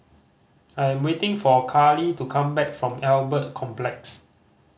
I am waiting for Karli to come back from Albert Complex